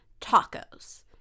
tacos